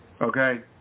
Okay